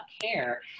care